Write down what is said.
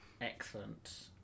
Excellent